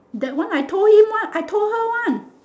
that one I told him one I told her one